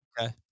Okay